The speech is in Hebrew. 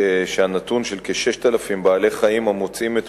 פורסם כי 6,000 בעלי-חיים מוצאים מדי שנה את